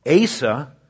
Asa